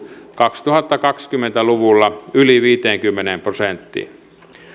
kaksituhattakaksikymmentä luvulla yli viiteenkymmeneen prosenttiin